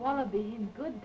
one of the good